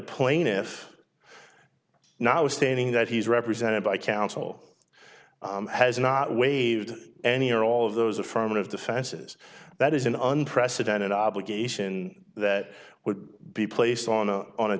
plaintiff now stating that he's represented by counsel has not waived any or all of those affirmative defenses that is an unprecedented obligation that would be placed on a on a